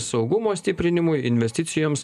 saugumo stiprinimui investicijoms